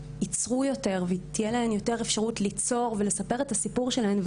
יצרו יותר ותהיה להן יותר אפשרות ליצור ולספר את הסיפור שלהן,